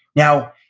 now,